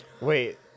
Wait